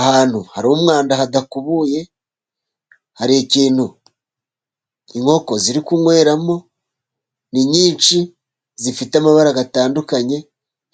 Ahantu hari umwanda hadakubuye , hari ikintu inkoko ziri kunyweramo . Ni nyinshi zifite amabara atandukanye ,